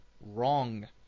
wrong